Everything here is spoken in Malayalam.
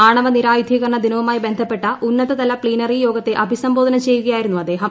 ആണവ നിരായുധീകരണ ദിനവുമായി ബന്ധപ്പെട്ട ഉന്നതതല പ്തീനറി യോഗത്തെ അഭിസംബോധന ചെയ്യുകയായിരുന്നു അദ്ദേഹം